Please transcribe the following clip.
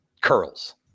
curls